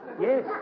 Yes